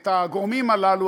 את הגורמים הללו,